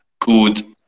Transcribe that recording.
good